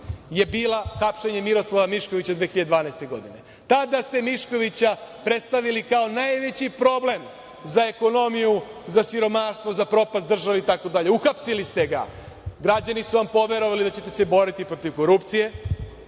je bila hapšenje Miroslava Miškovića 2012. godine. Tada ste Miškovića predstavili kao najveći problem za ekonomiju, za siromaštvo, za propast države, itd. Uhapsili ste ga. Građani su vam poverovali da ćete se boriti protiv korupcije.